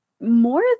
more